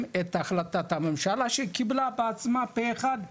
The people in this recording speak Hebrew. את החלטת הממשלה שקיבלה בעצמה פה אחד,